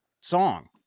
song